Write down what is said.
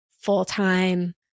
full-time